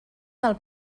del